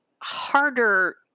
harder